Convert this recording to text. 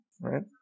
right